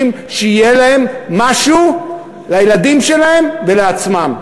כדי שיהיה להם משהו לילדים שלהם ולעצמם.